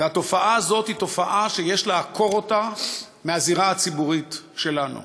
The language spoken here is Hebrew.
והתופעה הזאת היא תופעה שיש לעקור אותה מהזירה הציבורית שלנו,